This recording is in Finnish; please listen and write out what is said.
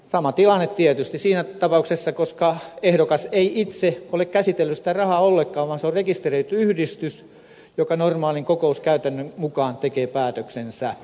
sama tilanne tietysti siinä tapauksessa koska ehdokas ei itse ole käsitellyt sitä rahaa ollenkaan vaan se on rekisteröity yhdistys joka normaalin kokouskäytännön mukaan tekee päätöksensä